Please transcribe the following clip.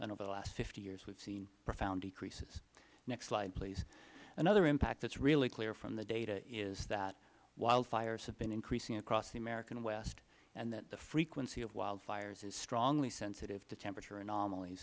and over the last fifty years we have seen profound decreases next slide please another impact that is really clear from the data is that wildfires have been increasing across the american west and that the frequency of wildfires is strongly sensitive to temperature anomal